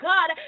God